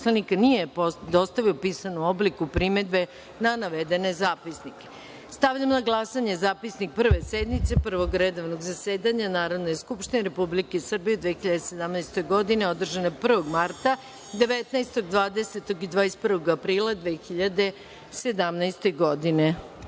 nije dostavio u pisanom obliku primedbe na navedene zapisnike. Stavljam na glasanje zapisnik Prve sednice Prvog redovnog zasedanja Narodne skupštine Republike Srbije u 2017. godini, održane 1. marta, 19, 20. i 21. aprila 2017. godine. Molim